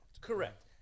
correct